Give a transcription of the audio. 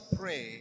pray